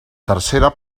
tercera